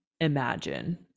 imagine